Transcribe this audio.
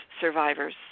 survivors